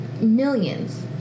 millions